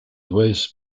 was